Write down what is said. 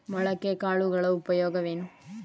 ಮೊಳಕೆ ಕಾಳುಗಳ ಉಪಯೋಗವೇನು?